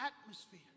atmosphere